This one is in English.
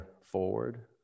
forward